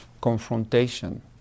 confrontation